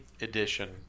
edition